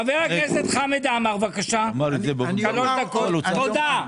חבר הכנסת חמד עמאר, בבקשה, שלוש דקות.